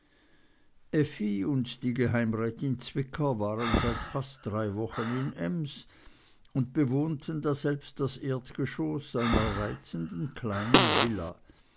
und die geheimrätin zwicker waren seit fast drei wochen in ems und bewohnten daselbst das erdgeschoß einer reizenden kleinen villa